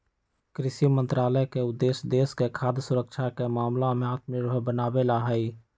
कृषि मंत्रालय के उद्देश्य देश के खाद्य सुरक्षा के मामला में आत्मनिर्भर बनावे ला हई